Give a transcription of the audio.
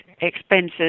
expenses